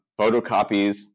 Photocopies